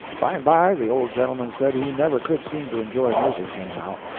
by and by the old gentleman said he never could seem to enjoy music somehow.